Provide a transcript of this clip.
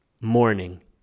morning